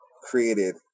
created